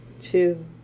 Two